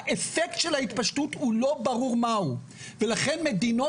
האפקט של ההתפשטות הוא לא ברור מה הוא וכלן מדינות